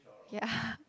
ya